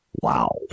Wow